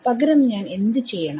പകരം ഞാൻ എന്ത് ചെയ്യണം